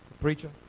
preacher